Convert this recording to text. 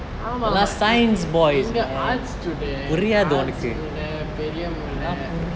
ஆமா:aama mike நீங்க:neenge art student art மூல பெரிய மூல:moole periya moole